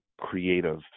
creative